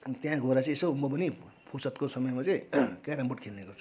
त्यहाँ गएर चाहिँ यसो म पनि फुर्सतको समयमा चाहिँ क्यारम बोर्ड खेल्ने गर्छु